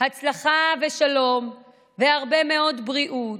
הצלחה ושלום והרבה מאוד בריאות.